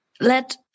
let